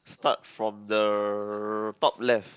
start from the top left